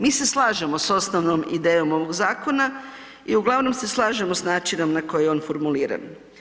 Mi se slažemo s osnovnom idejom ovog zakona i uglavnom se slažemo s načinom na koji je on formuliran.